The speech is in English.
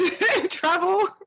travel